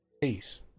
Peace